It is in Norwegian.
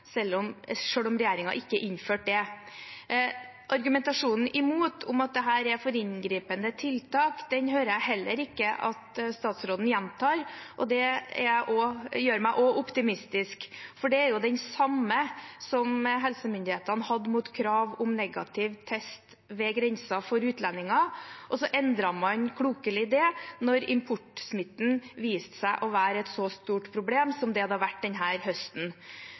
selv om regjeringen ikke innførte det. Argumentasjonen imot, om at dette er for inngripende tiltak, hører jeg heller ikke at statsråden gjentar. Det gjør meg også optimistisk, for det er jo den samme som helsemyndighetene hadde mot krav om negativ test ved grensen for utlendinger, og så endret man – klokelig – det når importsmitten viste seg å være et så stort problem som det har vært denne høsten.